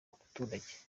baturage